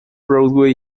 broadway